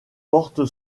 porte